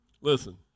Listen